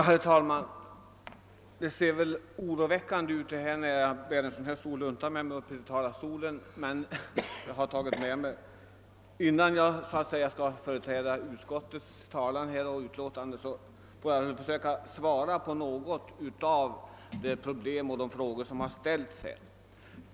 Herr talman! Det förefaller naturligtvis oroande att jag till talarstolen för med mig en sådan stor lunta. Innan jag ämnar föra utskottets talan och försvara dess hemställan hade jag tänkt försöka svara på några av de frågor som ställts.